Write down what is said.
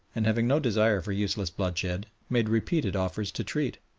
and having no desire for useless bloodshed, made repeated offers to treat.